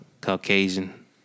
Caucasian